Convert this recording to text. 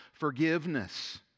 forgiveness